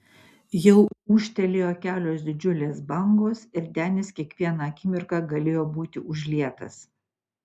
jau ūžtelėjo kelios didžiulės bangos ir denis kiekvieną akimirką galėjo būti užlietas